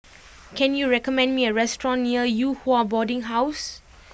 can you recommend me a restaurant near Yew Hua Boarding House